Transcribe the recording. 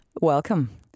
Welcome